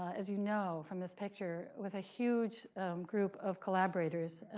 as you know from this picture, with a huge group of collaborators.